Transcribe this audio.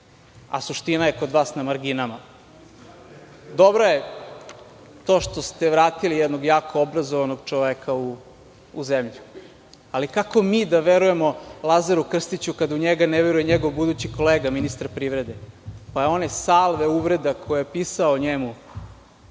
a suština je kod vas na marginama. Dobro je to što ste vratili jednog jakog obrazovanog čoveka u zemlju, ali kako mi da verujemo Lazaru Krstiću, kada u njega ne veruje njegov budući kolega, ministar privrede, pa je one salve uvreda koje je pisao o njemu,